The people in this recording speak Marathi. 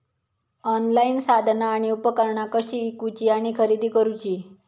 ऑनलाईन साधना आणि उपकरणा कशी ईकूची आणि खरेदी करुची?